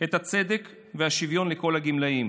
את הצדק והשוויון לכל הגמלאים.